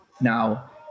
Now